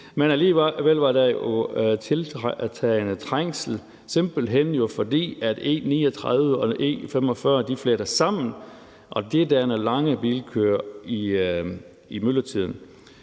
men alligevel var der tiltagende trængsel. Det er jo simpelt hen, fordi E39 og E45 fletter sammen, og det danner lange bilkøer i myldretiden,